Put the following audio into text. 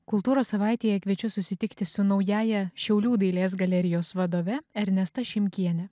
kultūros savaitėje kviečiu susitikti su naująja šiaulių dailės galerijos vadove ernesta šimkiene